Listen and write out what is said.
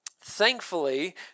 Thankfully